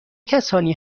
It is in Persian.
کسانی